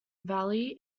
valley